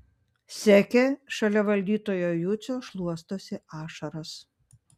sekė šalia valdytojo jucio šluostosi ašaras